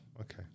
okay